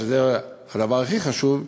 שזה הדבר הכי חשוב,